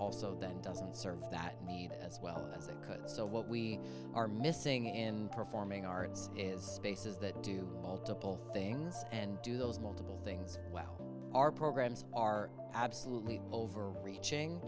also then doesn't serve that need as well as it could so what we are missing in performing arts is bases that do multiple things and do those multiple things well our programs are absolutely over reaching